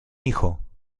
hijo